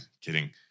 kidding